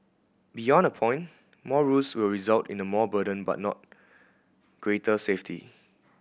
beyond a point more rules will result in a more burden but not greater safety